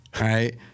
right